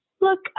Look